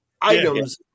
items